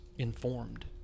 informed